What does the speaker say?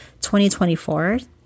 2024